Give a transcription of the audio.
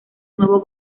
nuevo